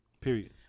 Period